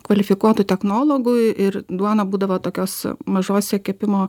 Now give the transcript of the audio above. kvalifikuotų technologų ir duona būdavo tokiose mažose kepimo